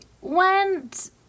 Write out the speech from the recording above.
went